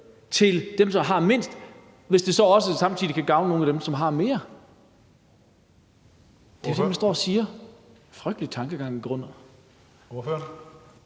til dem, som har mindst, hvis det så også samtidig kan gavne nogle af dem, som har mere. Det er jo det, man står og siger. Det er en frygtelig tankegangen i grunden.